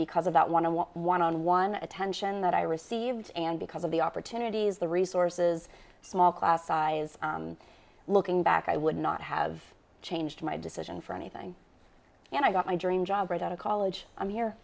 because of that one hundred one on one attention that i received and because of the opportunities the resources small class size looking back i would not have changed my decision for anything and i got my dream job right out of college i'm here